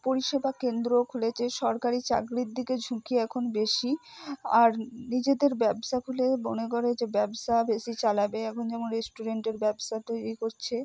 পরিষেবা কেন্দ্রও খুলেছে সরকারি চাকরির দিকে ঝুঁকি এখন বেশি আর নিজেদের ব্যবসা খুলে মনে করে যে ব্যবসা বেশি চালাবে এখন যেমন রেস্টুরেন্টের ব্যবসা তৈরি করছে